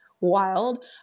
wild